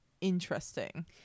interesting